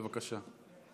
בבקשה.